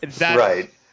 Right